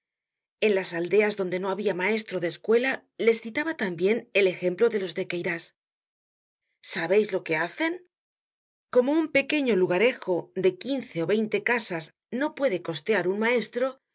en las aldeas donde no habia maestro de escuela les citaba tambien el ejemplo de los de queyras sabeis lo que hacen como un pequeño lugarejo de quince'ó veinte casas no puede costear un maestro